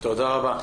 תודה רבה.